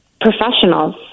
professionals